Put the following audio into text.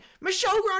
Michelle